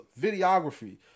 videography